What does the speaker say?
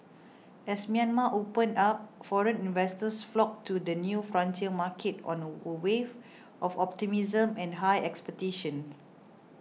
as Myanmar opened up foreign investors flocked to the new frontier market on a wave of optimism and high expectations